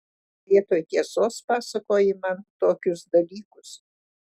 vietoj tiesos pasakoji man tokius dalykus